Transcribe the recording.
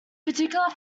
particular